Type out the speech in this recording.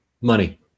Money